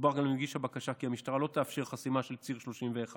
הוסבר למגיש הבקשה כי המשטרה לא תאפשר חסימה של ציר 31,